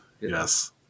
Yes